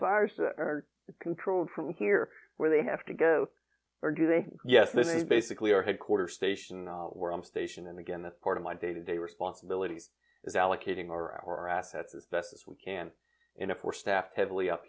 fires are controlled from here where they have to go or do they yes then a basically our headquarters station where i'm station and again that part of my day to day responsibility is allocating our assets as best as we can and if we're staffed heavily up